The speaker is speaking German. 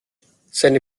seine